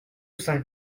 saint